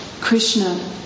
Krishna